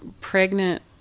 pregnant